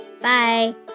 bye